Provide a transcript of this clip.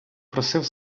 просив